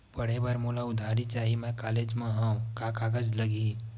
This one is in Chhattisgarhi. पढ़े बर मोला उधारी चाही मैं कॉलेज मा हव, का कागज लगही?